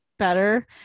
better